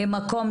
למקום,